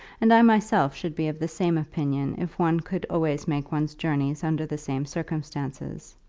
and i myself should be of the same opinion if one could always make one's journeys under the same circumstances.